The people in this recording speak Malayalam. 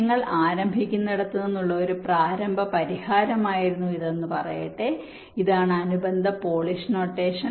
നിങ്ങൾ ആരംഭിക്കുന്നിടത്ത് നിന്നുള്ള ഒരു പ്രാരംഭ പരിഹാരമായിരുന്നു ഇതെന്ന് പറയട്ടെ ഇതാണ് അനുബന്ധ പോളിഷ് നൊട്ടേഷൻ